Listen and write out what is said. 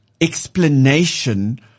explanation